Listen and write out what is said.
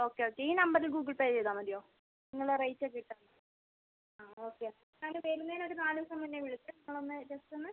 okay okay ഈ നമ്പറിൽ Google Pay ചെയ്താൽ മതിയോ നിങ്ങളുടെ റേറ്റൊക്കെ ഇട്ടാൽ ആ ഓക്കെ ഞങ്ങള് വരുന്നേനൊരു നാല് ദിവസം മുൻപേ വിളിച്ച് ഞങ്ങളൊന്ന് ജസ്റ്റ് ഒന്ന്